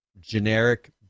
generic